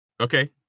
okay